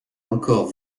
encore